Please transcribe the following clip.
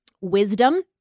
wisdom